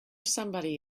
somebody